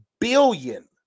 billion